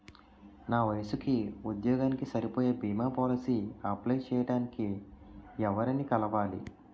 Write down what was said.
నా వయసుకి, ఉద్యోగానికి సరిపోయే భీమా పోలసీ అప్లయ్ చేయటానికి ఎవరిని కలవాలి?